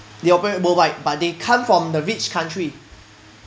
they operate worldwide but they come from the rich country